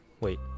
Wait